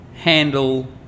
handle